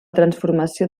transformació